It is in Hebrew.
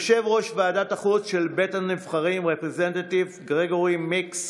יושב-ראש ועדת החוץ של בית הנבחרים חבר בית הנבחרים גרגורי מיקס